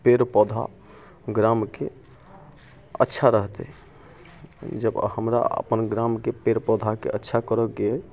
पेड़ पौधा ग्रामके अच्छा रहतै जब हमरा अपन ग्रामके पेड़ पौधाके अच्छा करैके